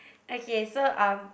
okay so um